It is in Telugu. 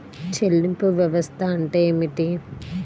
చెల్లింపు వ్యవస్థ అంటే ఏమిటి?